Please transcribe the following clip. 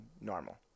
normal